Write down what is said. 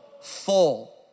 Full